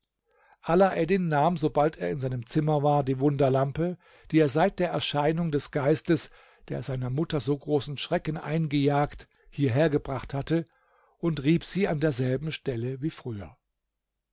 alaeddin nahm sobald er in seinem zimmer war die wunderlampe die er seit der erscheinung des geistes der seiner mutter so großen schrecken eingejagt hierhergebracht hatte und rieb sie an derselben stelle wie früher